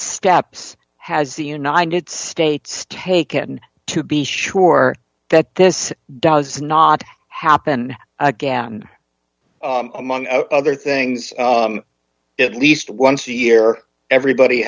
steps has the united states to taken to be sure that this does not happen again among other things at least once a year everybody